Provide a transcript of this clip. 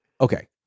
Okay